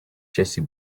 jessie